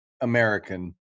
American